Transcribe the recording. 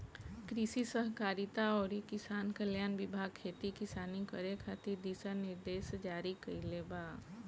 कृषि सहकारिता अउरी किसान कल्याण विभाग खेती किसानी करे खातिर दिशा निर्देश जारी कईले बा